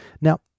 Now